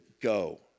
go